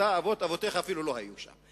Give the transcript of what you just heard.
אבות אבותיך אפילו לא היו שם.